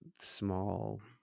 small